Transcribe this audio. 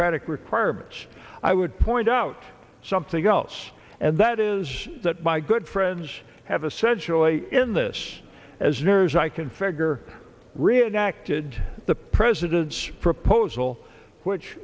c requirements i would point out something else and that is that my good friends have essentially in this as near as i can figure redacted the president's proposal which